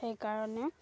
সেইকাৰণে